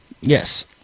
Yes